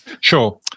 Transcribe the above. sure